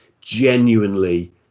Genuinely